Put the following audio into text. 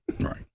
Right